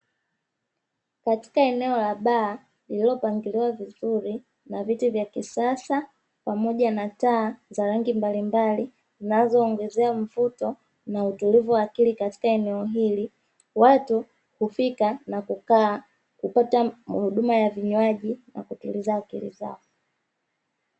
Katika eneo la baa lililopangiliwa vizuri na viti vya kisasa pamoja na taa za rangi mbalimbali zinazoongeza mvuto na utulivu wa akili katika eneo hili, watu hufika na kukaa kupata huduma ya vinywaji na kutuliza akili zao.